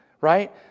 Right